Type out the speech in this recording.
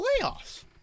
playoffs